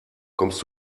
kommst